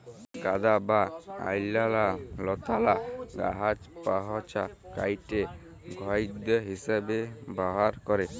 খড়ের গাদা বা অইল্যাল্য লতালা গাহাচপালহা কাইটে গখাইদ্য হিঁসাবে ব্যাভার ক্যরে